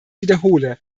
wiederhole